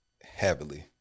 heavily